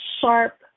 sharp